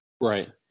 right